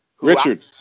Richard